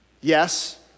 Yes